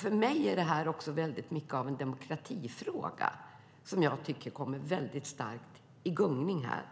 För mig är det här också väldigt mycket av en demokratifråga. Jag tycker att demokratin kommer väldigt starkt i gungning här.